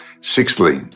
Sixthly